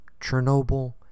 Chernobyl